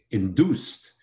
induced